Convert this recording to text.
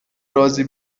رازی